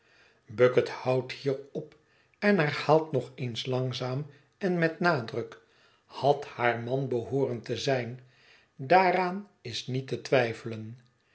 bucket houdt hier op en herhaalt nog eens langzaam en met nadruk had haar man behooren te zijn daaraan is niet te twijfelen